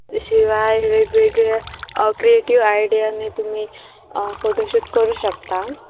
शिवाय वेगवेगळे क्रिएटिव्ह आयडियानी तुम्ही फोटोशूट करू शकता